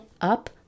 up